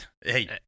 hey